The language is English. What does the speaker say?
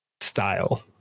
style